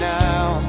now